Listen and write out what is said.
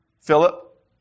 Philip